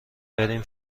بریم